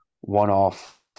one-off